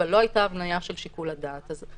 אבל לא הייתה הבניה של שיקול הדעת הזה.